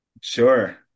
Sure